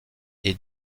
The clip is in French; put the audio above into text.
est